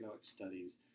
Studies